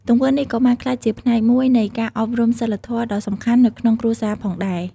ទង្វើនេះក៏បានក្លាយជាផ្នែកមួយនៃការអប់រំសីលធម៌ដ៏សំខាន់នៅក្នុងគ្រួសារផងដែរ។